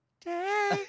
day